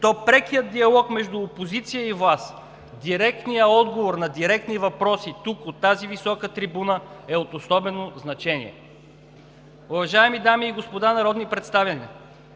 прекият диалог между опозиция и власт, директният отговор на директни въпроси тук – от тази висока трибуна, е от особено значение. Уважаеми дами и господа народни представители,